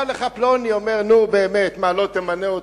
בא אליך פלוני ואומר: נו באמת, מה, לא תמנה אותי?